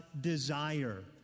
desire